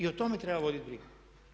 I o tome treba voditi brigu.